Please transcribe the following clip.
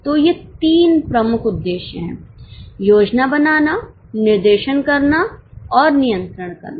तो ये तीन प्रमुख उद्देश्य हैं योजना बनाना निर्देशनकरना और नियंत्रण करना